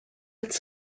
its